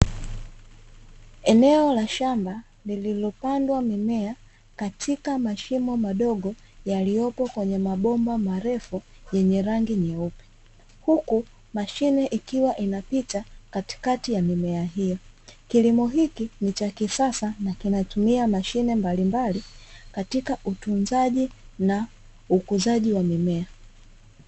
Eneo la shamba lililopandwa mimea katika mashimo madogo yaliyopo kwenye mabomba marefu yenye rangi nyeupe. Huku mashine ikiwa inapita katikati ya mimea hiyo. Kilimo hiki ni cha kisasa na kinatumia mashine mbalimbali katika utunzaji na ukuzaji wa mimea.